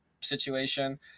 situation